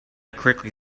correctly